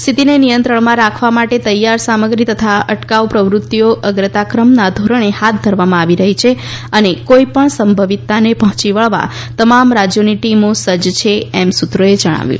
સ્થિતિને નિયંત્રણમાં રાખવા માટે તૈયાર સામગ્રી તથા અટકાવ પ્રવૃત્તિઓ અગ્રતાક્રમના ધોરણે હાથ ધરવામાં આવી રહી છે અને કોઈ પણ સંભવિતતાને પહોંચી વળવા તમામ રાજ્યોની ટીમો સજ્જ છે એમ સૂત્રોએ જણાવ્યું